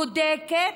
בודקת,